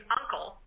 uncle